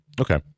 Okay